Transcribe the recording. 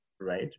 right